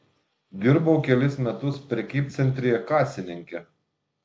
dirbau kelis metus prekybcentryje kasininke